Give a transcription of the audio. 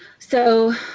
so,